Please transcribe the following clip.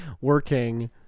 working